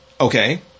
Okay